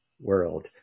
world